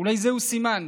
אולי זהו סימן,